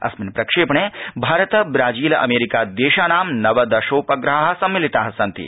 स्मिन् प्रक्षेपणे भारत ब्राजील मरीकादेशानां नवदशोपग्रहा सम्मिलिता सन्ति